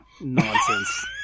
Nonsense